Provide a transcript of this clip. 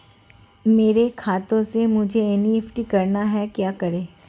मेरे खाते से मुझे एन.ई.एफ.टी करना है क्या करें?